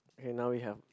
okay now we have